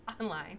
online